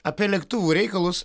apie lėktuvų reikalus